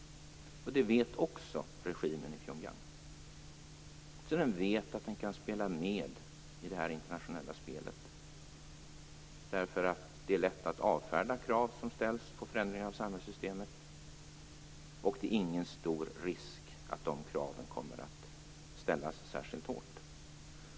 Det vet också regimen i Pyongyang. Den vet att den kan spela med i det internationella spelet, eftersom det är lätt att avfärda krav som ställs på förändring av samhällssystemet och det inte är någon stor risk för att de kraven kommer att drivas särskilt hårt.